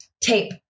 tape